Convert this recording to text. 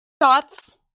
thoughts